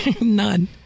none